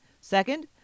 Second